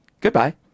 Goodbye